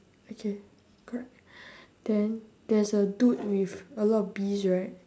okay correct then there's a dude with a lot of bees right